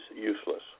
useless